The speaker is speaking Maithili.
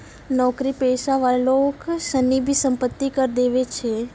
नौकरी पेशा वाला लोग सनी भी सम्पत्ति कर देवै छै